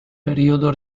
periodo